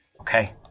okay